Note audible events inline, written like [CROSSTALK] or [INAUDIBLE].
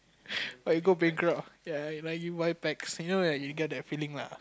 [NOISE] but you go bankrupt ya like buy you one packs you know like you get that feeling lah